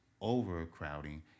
overcrowding